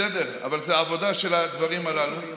בסדר, אבל זו עבודה של הדברים הללו.